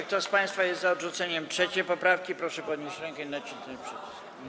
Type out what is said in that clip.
Kto z państwa jest za odrzuceniem 3. poprawki, proszę podnieść rękę i nacisnąć przycisk.